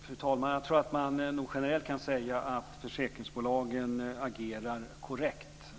Fru talman! Jag tror att man generellt kan säga att försäkringsbolagen agerar korrekt.